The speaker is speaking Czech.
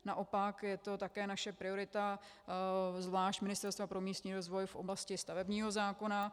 Naopak, je to také naše priorita, zvlášť Ministerstva pro místní rozvoj, v oblasti stavebního zákona.